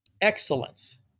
Excellence